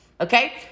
okay